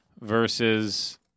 versus